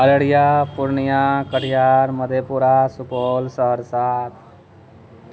Araria Purnia Katihar Madhepura Supaul Saharsa